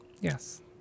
Yes